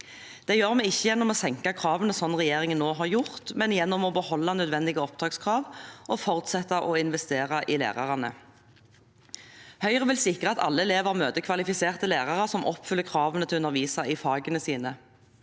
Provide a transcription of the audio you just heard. Det gjør vi ikke gjennom å senke kravene slik regjeringen nå har gjort, men gjennom å beholde nødvendige opptakskrav og fortsette å investere i lærerne. Høyre vil sikre at alle elever møter kvalifiserte lærere som oppfyller kravene til å undervise i fagene sine.